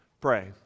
pray